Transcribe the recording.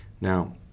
Now